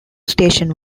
station